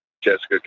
Jessica